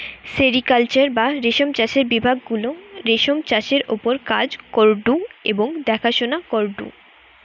sericulture বা রেশম চাষের বিভাগ গুলা রেশমের চাষের ওপর কাজ করঢু এবং দেখাশোনা করঢু